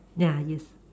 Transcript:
ya yes